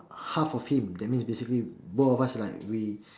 half of him that means basically both of us like we